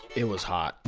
it was hot.